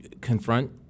confront